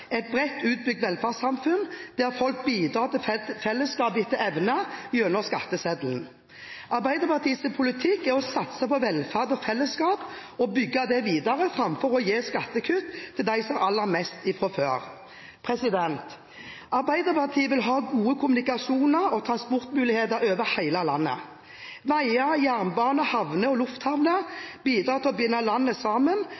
et bredt utbygd velferdssamfunn, der folk bidrar til fellesskapet etter evne gjennom skatteseddelen. Arbeiderpartiets politikk er å satse på velferd og fellesskap og bygge det videre, framfor å gi skattekutt til dem som har aller mest fra før. Arbeiderpartiet vil ha gode kommunikasjoner og transportmuligheter over hele landet. Veier, jernbane, havner og lufthavner bidrar til å binde landet sammen